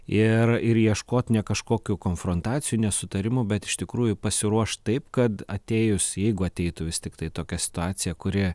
ir ir ieškot ne kažkokių konfrontacijų nesutarimų bet iš tikrųjų pasiruošt taip kad atėjus jeigu ateitų vis tiktai tokia situacija kuri